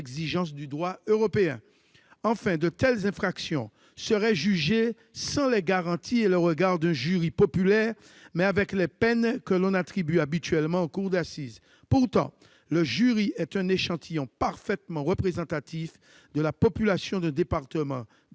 exigences du droit européen. Enfin, de telles infractions seraient jugées sans la garantie et le regard d'un jury populaire, mais les peines encourues seraient les mêmes que celles que l'on attribue habituellement en cour d'assises. Pourtant, le jury est un échantillon parfaitement représentatif de la population d'un département